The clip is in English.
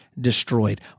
destroyed